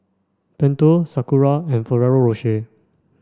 Pentel Sakura and Ferrero Rocher